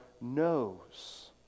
knows